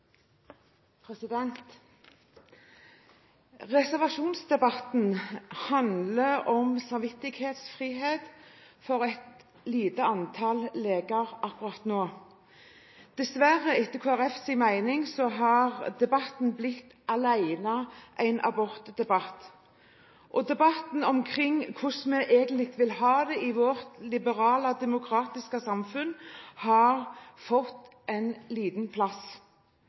Reservasjonsdebatten handler om samvittighetsfrihet for et lite antall leger akkurat nå. Dessverre har debatten – etter Kristelig Folkepartis mening – blitt en abortdebatt. Debatten om hvordan vi egentlig vil ha det i vårt liberale demokratiske samfunn, har fått liten plass.